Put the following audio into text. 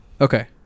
Okay